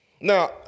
Now